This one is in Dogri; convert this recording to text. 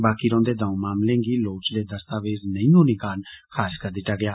बाकी रौंहदे द'ऊं मामले गी लोड़चदे दस्तावेज नेईं होने कारण खारज करी दित्ता गेया